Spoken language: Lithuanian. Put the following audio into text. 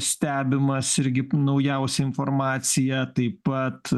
stebimas irgi naujausia informacija taip pat